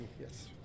yes